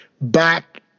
back